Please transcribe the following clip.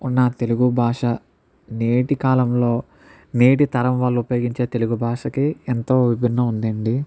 ఉన్న తెలుగు భాష నేటి కాలంలో నేటి తరం వాళ్ళు ఉపయోగించే తెలుగు భాషకి ఎంతో విభిన్నం ఉంది అండి